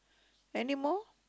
any more